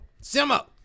Simmer